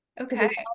Okay